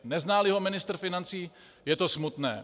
Neználi ho ministr financí, je to smutné.